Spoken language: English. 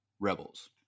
Rebels